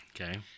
Okay